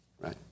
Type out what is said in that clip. right